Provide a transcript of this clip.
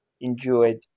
enjoyed